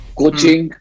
coaching